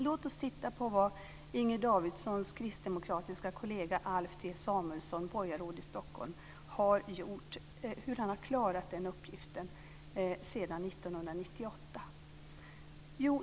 Låt oss titta på hur Samuelsson, borgarråd i Stockholm, har klarat sin uppgift sedan 1998.